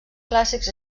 clàssics